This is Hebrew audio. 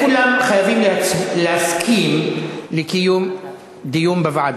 כולם חייבים להסכים לקיום דיון בוועדה.